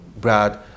Brad